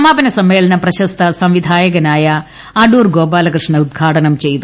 സമാപന സമ്മേളനം പ്രശസ്ത സംവിധായകനായ അടൂർ ഗോപാലകൃഷ്ണൻ ഉദ്ഘാടനം ചെയ്തു